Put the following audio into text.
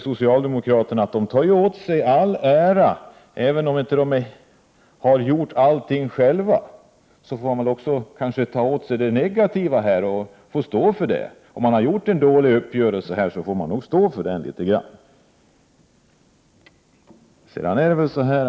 Socialdemokraterna brukar ju ta åt sig all ära, även om de inte har gjort allting själva. Då får man väl också stå för det negativa. Om man har gjort en dålig uppgörelse, så får man nog stå för den i någon mån.